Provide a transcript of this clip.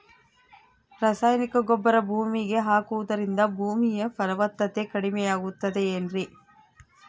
ರಾಸಾಯನಿಕ ಗೊಬ್ಬರ ಭೂಮಿಗೆ ಹಾಕುವುದರಿಂದ ಭೂಮಿಯ ಫಲವತ್ತತೆ ಕಡಿಮೆಯಾಗುತ್ತದೆ ಏನ್ರಿ?